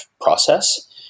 process